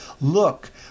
look